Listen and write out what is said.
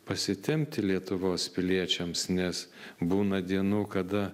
pasitempti lietuvos piliečiams nes būna dienų kada